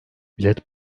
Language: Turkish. bilet